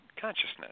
consciousness